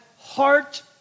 heart